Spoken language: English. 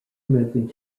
moving